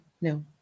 no